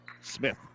Smith